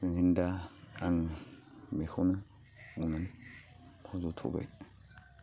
बिदिनो दा आं बेखौनो बुंनानै फोजोबथ'बाय